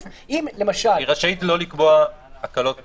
היא רשאית לא לקבוע הקלות בכלל?